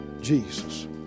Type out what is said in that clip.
Jesus